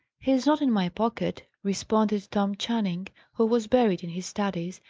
he is not in my pocket, responded tom channing, who was buried in his studies,